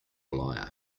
liar